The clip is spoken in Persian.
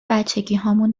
بچگیهامون